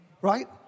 Right